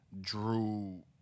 Drew